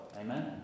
Amen